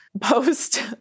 post